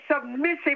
submissive